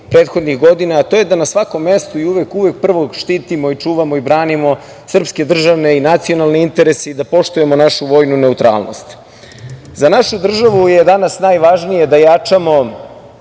prethodnih godina, a to je da na svakom mestu i uvek prvog štitimo, čuvamo i branimo srpske državne i nacionalne interese i da poštujemo našu vojnu neutralnost.Za našu državu je danas najvažnije da jačamo